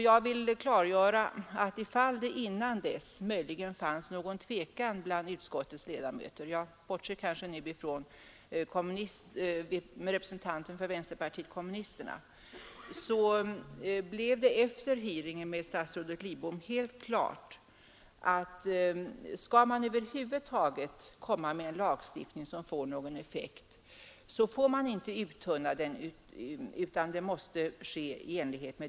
Jag vill klargöra att ifall det innan dess möjligen fanns någon tvekan bland utskottets ledamöter, så blev det vid hearingen med statsrådet Lidbom helt klart för samtliga — bortsett från representanter för vänsterpartiet kommunisterna — att om man över huvud taget skall komma med en lagstiftning, som får någon effekt, så får man inte uttunna den utöver det förslag som föreligger.